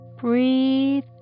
Breathe